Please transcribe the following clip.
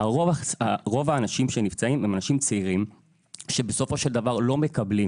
ורוב האנשים שנפצעים הם אנשים צעירים שבסופו של דבר לא מקבלים